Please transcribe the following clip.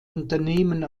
unternehmen